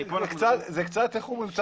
איך אומרים?